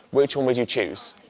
which one would you choose?